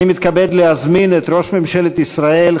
אני מתכבד להזמין את ראש ממשלת ישראל,